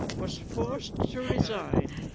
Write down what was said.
was forced to resign.